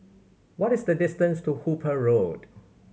what is the distance to Hooper Road